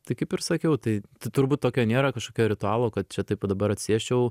tai kaip ir sakiau tai tai turbūt tokio nėra kažkokio ritualo kad čia taip va dabar atsisėsčiau